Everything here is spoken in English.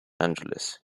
angeles